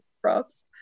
props